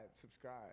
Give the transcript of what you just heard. subscribe